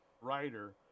writer